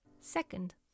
Second